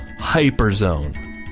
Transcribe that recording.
Hyperzone